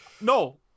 no